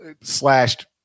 slashed